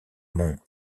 monde